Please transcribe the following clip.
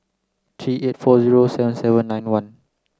three eight four zero seven seven nine one